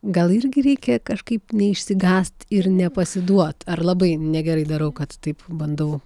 gal irgi reikia kažkaip neišsigąst ir nepasiduot ar labai negerai darau kad taip bandau